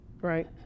right